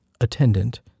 attendant